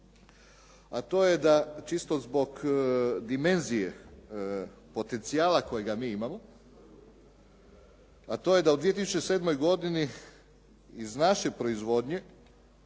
a to je da čisto zbog dimenzije potencijala kojega mi imamo a to je da u 2007. godini iz naše proizvodnje